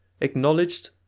acknowledged